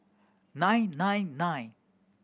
nine nine nine